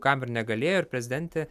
kam ir negalėjo ir prezidentė